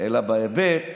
אלא בהיבט